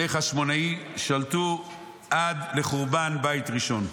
בני חשמונאי שלטו עד לחורבן בית שני.